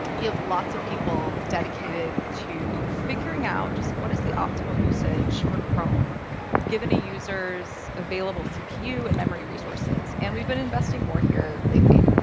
we have lots of people dedicated to figuring out just what is the optimal usage for chrome given a user's available cpu and memory resources. and we've been investing more here lately.